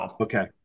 okay